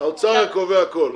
האוצר קובע הכול.